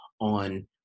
on